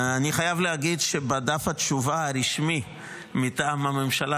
אני חייב להגיד שבדף התשובה הרשמי מטעם הממשלה,